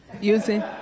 Using